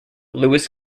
lewis